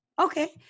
okay